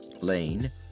Lane